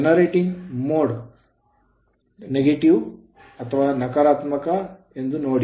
generating mode slip slip negative ನಕಾರಾತ್ಮಕವಾಗಿದೆ ಎಂದು ನೋಡಿ